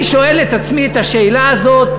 אני שואל את עצמי את השאלה הזאת,